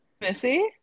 Missy